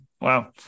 Wow